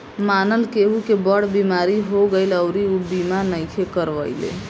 मानल केहु के बड़ बीमारी हो गईल अउरी ऊ बीमा नइखे करवले